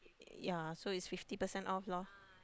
yea so is fifty percent of loh